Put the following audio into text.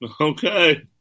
Okay